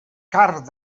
carn